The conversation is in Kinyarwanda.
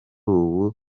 buri